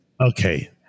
Okay